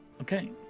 Okay